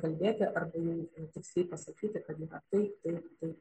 kalbėti arba jau tiksliai pasakyti kad yra taip taip taip